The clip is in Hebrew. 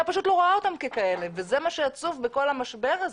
פשוט לא רואה אותם ככאלה וזה מה שעצוב בכל המשבר הזה.